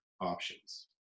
options